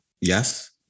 Yes